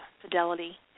fidelity